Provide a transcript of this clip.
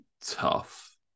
tough